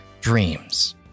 dreams